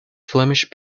flemish